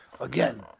Again